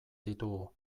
ditugu